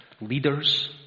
Leaders